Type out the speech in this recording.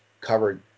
covered